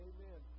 Amen